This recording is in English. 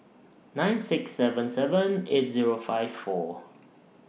nine six seven seven eight Zero five four